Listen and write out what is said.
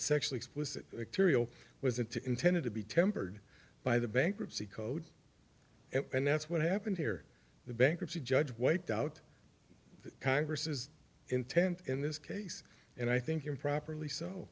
sexual explicit material was it intended to be tempered by the bankruptcy code and that's what happened here the bankruptcy judge wiped out congress is intent in this case and i think improperly so